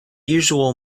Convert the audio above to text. usual